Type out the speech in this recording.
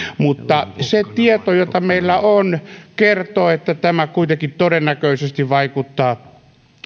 mutta se tieto jota meillä on kertoo että tämä kuitenkin todennäköisesti vaikuttaa